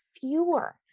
fewer